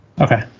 okay